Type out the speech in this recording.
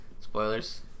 Spoilers